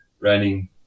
running